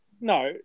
No